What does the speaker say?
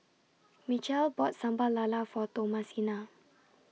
Mitchell bought Sambal Lala For Thomasina